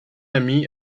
ami